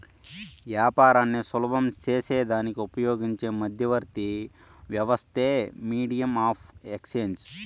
యాపారాన్ని సులభం సేసేదానికి ఉపయోగించే మధ్యవర్తి వ్యవస్థే మీడియం ఆఫ్ ఎక్స్చేంజ్